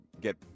get